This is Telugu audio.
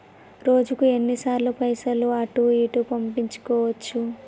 రోజుకు ఎన్ని సార్లు పైసలు అటూ ఇటూ పంపించుకోవచ్చు?